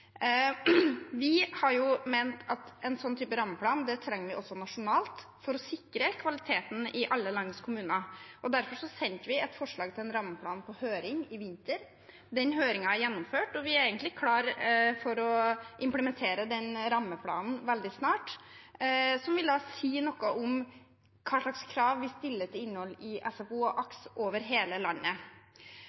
Vi har ment at vi trenger en sånn type rammeplan også nasjonalt for å sikre kvaliteten i alle landets kommuner, og derfor sendte vi et forslag til rammeplan på høring i vinter. Den høringen er gjennomført, og vi er egentlig klar for å implementere den rammeplanen veldig snart, som vil si noe om hvilke krav vi stiller til innhold i SFO og AKS over hele landet.